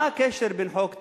מה הקשר בין חוק טל,